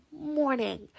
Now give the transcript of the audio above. morning